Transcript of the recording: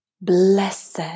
Blessed